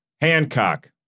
Hancock